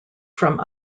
from